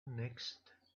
next